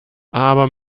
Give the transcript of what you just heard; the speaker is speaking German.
aber